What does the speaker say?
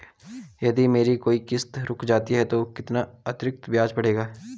यदि मेरी कोई किश्त रुक जाती है तो कितना अतरिक्त ब्याज पड़ेगा?